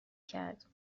کرد